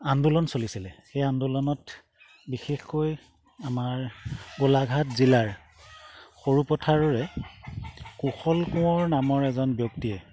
আন্দোলন চলিছিলে সেই আন্দোলনত বিশেষকৈ আমাৰ গোলাঘাট জিলাৰ সৰু পথাৰৰে কুশল কোঁৱৰ নামৰ এজন ব্যক্তিয়ে